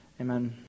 Amen